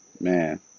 man